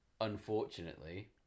unfortunately